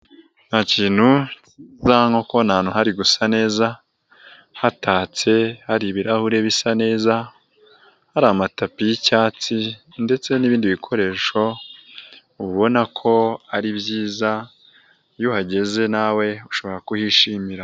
Nta cyiza nkokokubona ahantuhari gusa neza hatatse hari ibirahure bisa neza hari amatapi yicyatsi ndetse n'ibindi bikoresho ubona ko ari byiza, iyo uhageze nawe ushobora kuhishimira.